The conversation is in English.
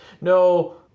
no